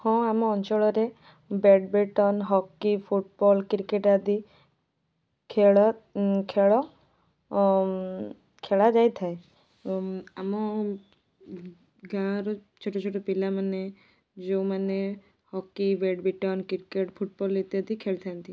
ହଁ ଆମ ଅଞ୍ଚଳରେ ବ୍ୟାଡ଼ମିଣ୍ଟନ ହକି ଫୁଟବଲ କ୍ରିକେଟ ଆଦି ଖେଳ ଖେଳ ଖେଳା ଯାଇଥାଏ ଆମ ଗାଁର ଛୋଟ ଛୋଟ ପିଲାମାନେ ଯେଉଁମାନେ ହକି ବ୍ୟାଡ଼ମିଣ୍ଟନ କ୍ରିକେଟ ଫୁଟବଲ ଇତ୍ୟାଦି ଖେଳି ଥାଆନ୍ତି